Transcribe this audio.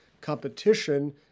competition